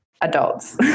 adults